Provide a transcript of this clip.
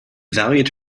valued